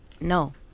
No